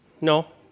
No